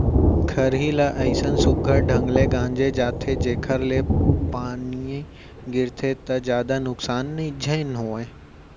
खरही ल अइसन सुग्घर ढंग ले गांजे जाथे जेकर ले पानियो गिरगे त जादा नुकसान झन होवय